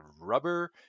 rubber